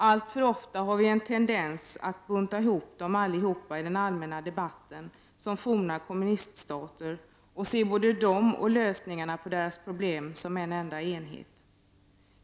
Alltför ofta har vi en tendens att i den allmänna debatten bunta ihop dem som forna kommuniststater och se både dem och lösningarna på deras problem som en enhet.